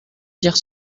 dire